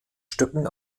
stöcken